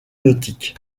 nautique